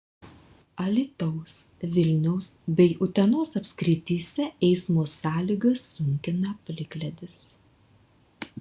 alytaus vilniaus bei utenos apskrityse eismo sąlygas sunkina plikledis